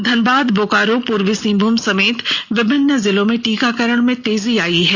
धनबाद बोकारो पूर्वी सिंहभूम समेत विभिन्न जिलों टीकाकरण में तेजी आयी है